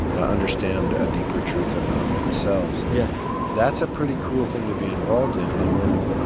ah understand a deeper truth about themselves yeah that's a pretty cool thing to be involved in. and when